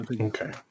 Okay